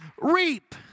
reap